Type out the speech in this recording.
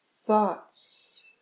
thoughts